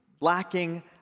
lacking